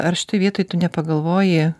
ar šitoj vietoj tu nepagalvoji